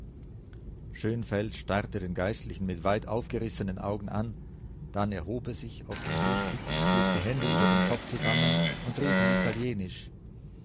schönfeld starrte den geistlichen mit weit aufgerissenen augen an dann erhob er sich auf den fußspitzen schlug die hände über den kopf zusammen und rief auf italienisch